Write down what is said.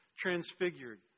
transfigured